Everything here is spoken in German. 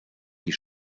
die